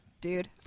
dude